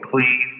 please